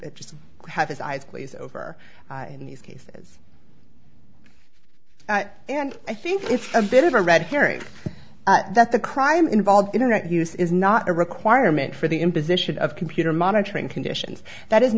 t just have his eyes glaze over in these cases and i think it's a bit of a red herring that the crime involved internet use is not a requirement for the imposition of computer monitoring conditions that is